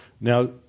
Now